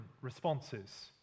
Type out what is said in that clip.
responses